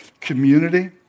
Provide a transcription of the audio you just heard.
community